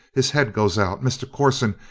his head goes out. mr. corson,